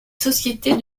société